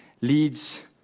leads